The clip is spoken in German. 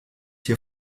hier